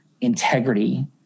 integrity